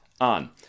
on